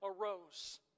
arose